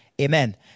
Amen